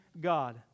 God